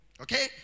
Okay